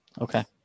okay